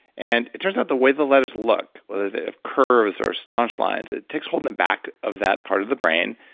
and it turns out the way the letters look, whether they have curves or staunch lines, it takes holding back of that part of the brain,